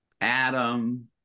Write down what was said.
Adam